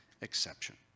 exception